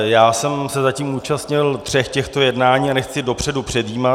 Já jsem se zatím účastnil tří těch jednání a nechci dopředu předjímat.